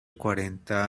cuarenta